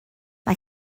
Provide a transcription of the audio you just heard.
mae